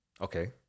Okay